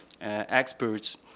experts